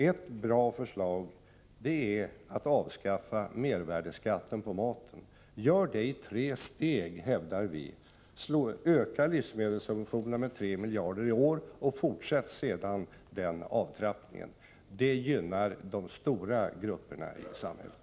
Ett bra förslag är att avskaffa mervärdeskatten på maten. Gör det i tre steg, hävdar vi. Öka livsmedelssubventionerna med 3 miljarder i år och fortsätt sedan den avtrappningen! Det gynnar de stora grupperna i samhället.